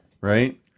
right